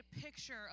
picture